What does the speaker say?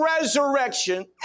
resurrection